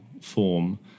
form